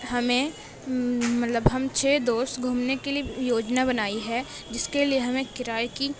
ہمیں مطلب ہم چھ دوست گھومنے کے لیے یوجنا بنائی ہے جس کے لیے ہمیں کرائے کی